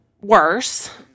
worse